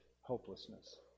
hopelessness